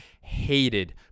hated